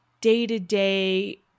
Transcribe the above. day-to-day